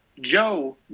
Joe